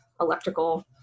electrical